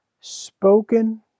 spoken